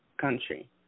country